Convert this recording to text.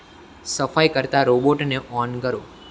સફાઈ કરતા રોબોટને ઓન કરો